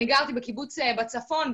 גרתי בקיבוץ בצפון,